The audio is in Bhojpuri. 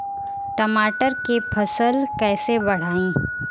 टमाटर के फ़सल कैसे बढ़ाई?